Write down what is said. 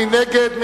מי נגד?